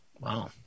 wow